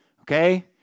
Okay